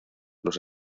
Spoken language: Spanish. los